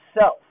self